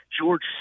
George